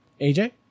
AJ